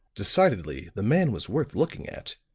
decidedly, the man was worth looking at,